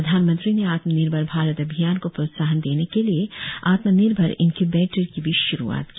प्रधानमंत्री ने आत्मनिर्भर भारत अभियान को प्रोत्साहन देने के लिए आत्मनिर्भर इन्क्यूबेटर की भी शुरूआत की